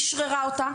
אישררה אותה,